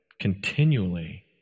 continually